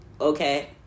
okay